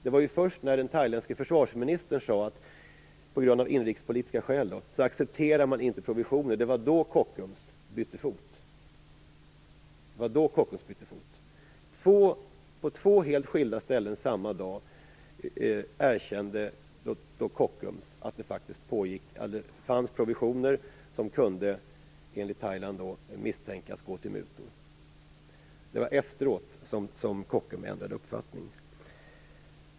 Det var först när den thailändske försvarsministern sade att man på grund av inrikespolitiska skäl inte accepterar provisioner som Kockums bytte fot. På två helt skilda ställen samma dag erkände Kockums att det faktiskt fanns provsioner som enligt Thailand kunde misstänkas gå till mutor. Det var efteråt som Kockums ändrade uppfattning.